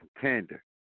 contender